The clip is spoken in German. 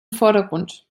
vordergrund